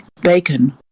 Bacon